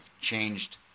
changed—